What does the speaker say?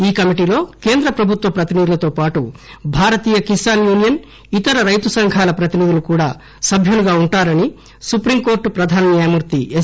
ఈ కమిటీలో కేంద్ర ప్రభుత్వంతోపాటు భారతీయ కిసాన్ యూనియన్ ఇతర రైతు సంఘాల ప్రతినిధులు కూడా సభ్యులుగా వుంటారని సుప్రీంకోర్టు ప్రధాన న్యాయమూర్తి ఎస్